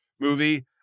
movie